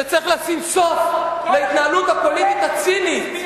הדגיש באותה מסיבת עיתונאים שצריך לשים סוף להתנהלות הפוליטית הצינית,